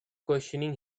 questioning